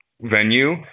venue